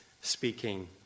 speaking